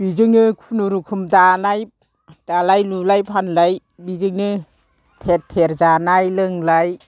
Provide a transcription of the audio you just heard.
बिजोंनो खुनुरुखुम दानाय दालाय लुलाय फानलाय बिजोंनो थेर थेर जानाय लोंलाय